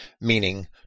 meaning